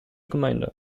gemeinde